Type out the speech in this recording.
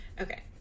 Okay